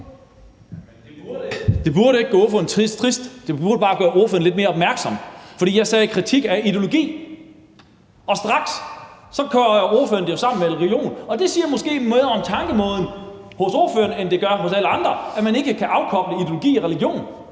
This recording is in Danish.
Det burde ikke gøre ordføreren trist, det burde bare gøre ordføreren lidt mere opmærksom, for jeg sagde kritik af ideologi, men straks kobler ordføreren det sammen med religion, og det siger måske mere om tænkemåden hos ordføreren, end det gør hos alle andre: at man ikke kan afkoble ideologi og religion.